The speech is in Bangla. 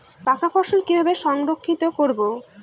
পাকা ফসল কিভাবে সংরক্ষিত করব?